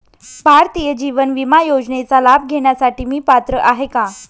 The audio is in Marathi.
भारतीय जीवन विमा योजनेचा लाभ घेण्यासाठी मी पात्र आहे का?